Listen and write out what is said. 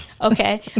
Okay